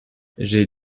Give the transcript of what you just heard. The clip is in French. j’ai